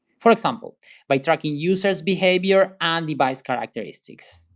for example by tracking users' behavior and device characteristics.